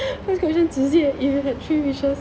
first question 直接 if you had three wishes